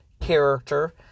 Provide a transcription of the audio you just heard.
character